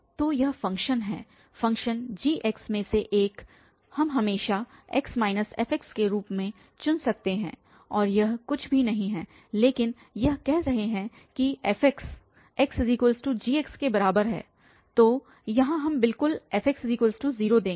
तो यह फ़ंक्शन है फ़ंक्शन g में से एक हम हमेशा x f के रूप में चुन सकते हैं और यह कुछ भी नहीं है लेकिन यह कह रहे हैं कि f xg के बराबर है तो यहाँ हम बिल्कुल fx0 देंगे